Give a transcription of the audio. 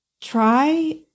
Try